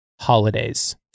Holidays